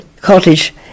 cottage